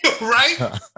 right